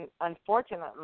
Unfortunately